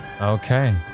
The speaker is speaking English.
Okay